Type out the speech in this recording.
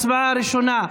הצבעה ראשונה: